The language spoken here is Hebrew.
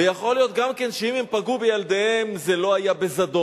ויכול להיות גם כן שאם הם פגעו בילדיהם זה לא היה בזדון,